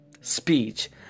speech